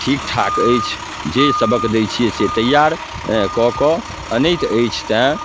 ठीकठाक अछि जे सबक दै छिए से तैआर हेँ कऽ कऽ अनैत अछि तेँ